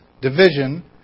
division